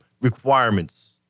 requirements